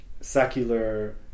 secular